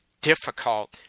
difficult